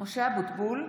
משה אבוטבול,